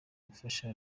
gufasha